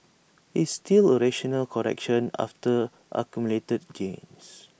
it's still A rational correction after accumulated gains